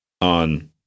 on